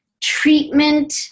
treatment